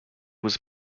was